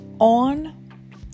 on